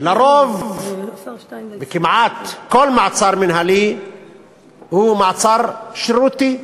לרוב, וכמעט, כל מעצר מינהלי הוא מעצר שרירותי,